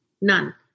None